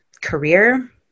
career